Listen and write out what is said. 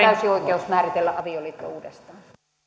täysi oikeus määritellä avioliitto uudestaan